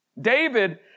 David